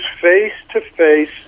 face-to-face